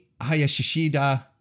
Hayashishida